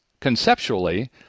conceptually